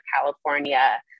California